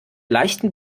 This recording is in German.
leichten